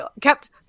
kept